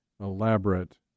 elaborate